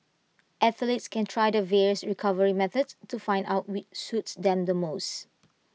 athletes can try the various recovery methods to find out which suits than them the most